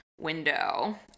window